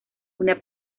una